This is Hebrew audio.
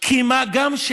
מה גם,